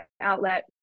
outlet